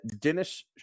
Dennis